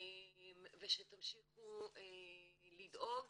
ושתמשיכו לדאוג